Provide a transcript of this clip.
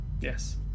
Yes